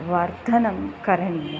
वर्धनं करणीयम्